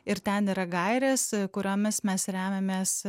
ir ten yra gairės kuriomis mes remiamės